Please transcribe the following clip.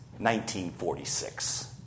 1946